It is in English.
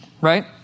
right